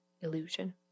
illusion